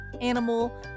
animal